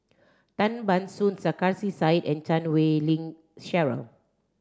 Tan Ban Soon Sarkarsi Said and Chan Wei Ling Cheryl